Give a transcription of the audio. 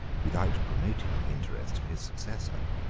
without promoting the interest of his successor.